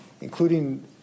including